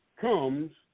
comes